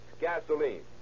gasoline